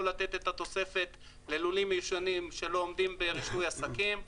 לתת את התוספת ללולים ישנים שלא עומדים ברישוי עסקים.